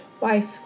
wife